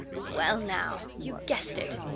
well now, you've guessed it!